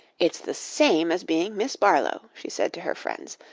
it's the same as being miss barlow she said to her friends,